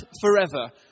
forever